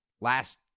last